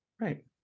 Right